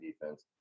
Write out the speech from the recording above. defense